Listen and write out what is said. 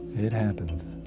it it happens.